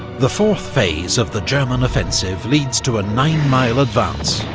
the fourth phase of the german offensive leads to a nine mile advance,